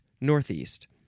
northeast